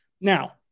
Now